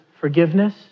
forgiveness